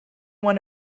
when